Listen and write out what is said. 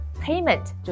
payment